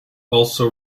also